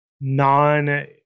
non